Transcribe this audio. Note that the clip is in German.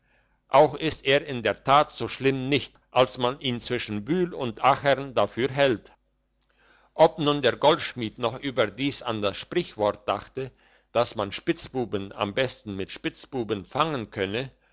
auch ist er in der tat so schlimm nicht als man ihn zwischen bühl und achern dafür hält ob nun der goldschmied noch überdies an das sprichwort dachte dass man spitzbuben am besten mit spitzbuben fangen könne